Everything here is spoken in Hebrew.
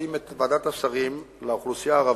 מכנסים את ועדת השרים לאוכלוסייה הערבית,